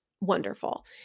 wonderful